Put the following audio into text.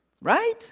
right